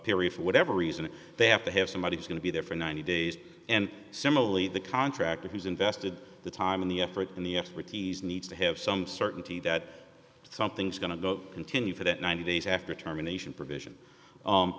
period for whatever reason they have to have somebody who's going to be there for ninety days and similarly the contractor who's invested the time in the effort and the expertise needs to have some certainty that something's going to continue for that ninety days after terminations provision